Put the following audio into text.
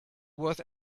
worth